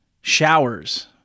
showers